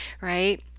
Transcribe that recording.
right